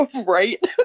Right